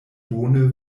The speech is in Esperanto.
bone